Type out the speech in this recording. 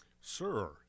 Sir